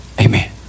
amen